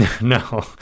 No